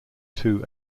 two